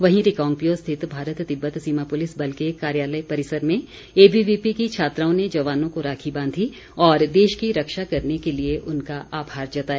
वहीं रिकांगपिओ स्थित भारत तिब्बत सीमा पुलिस बल के कार्यालय परिसर में एबीवीपी की छात्राओं ने जवानों को राखी बांधी और देश की रक्षा करने के लिए उनका आभार जताया